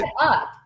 up